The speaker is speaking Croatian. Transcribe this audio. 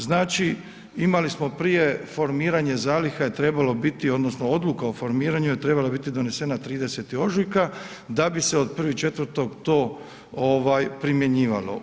Znači imali smo prije formiranje zaliha je trebalo biti odnosno odluka o formiranju je trebala biti donesena 30. ožujka da bi se od 1.4. to primjenjivalo.